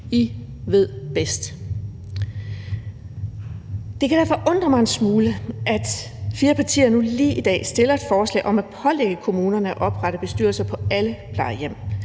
I ved bedst. Det kan derfor undre mig en smule, at fire partier nu lige i dag har fremsat et forslag om at pålægge kommunerne at oprette bestyrelser på alle plejehjem.